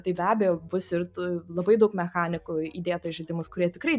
tai be abejo bus ir tų labai daug mechanikų įdėta į žaidimus kurie tikrai